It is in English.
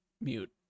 mute